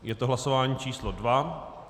Je to hlasování číslo 2.